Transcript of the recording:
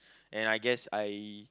and I guess I